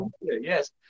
Yes